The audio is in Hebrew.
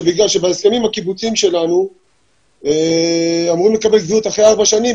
שבגלל שבהסכמים הקיבוציים שלנו אמורים לקבל קביעות אחרי ארבע שנים.